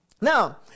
now